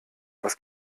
was